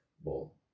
ball